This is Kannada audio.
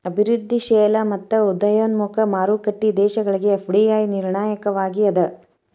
ಅಭಿವೃದ್ಧಿಶೇಲ ಮತ್ತ ಉದಯೋನ್ಮುಖ ಮಾರುಕಟ್ಟಿ ದೇಶಗಳಿಗೆ ಎಫ್.ಡಿ.ಐ ನಿರ್ಣಾಯಕವಾಗಿ ಅದ